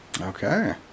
Okay